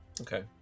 Okay